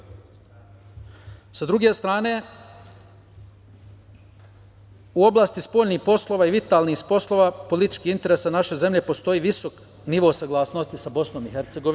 Sa druge strane, u oblasti spoljnih poslova i vitalnih poslova političkih interesa naše zemlje postoji visok nivo saglasnosti sa BiH.